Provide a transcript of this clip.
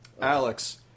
Alex